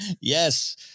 Yes